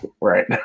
Right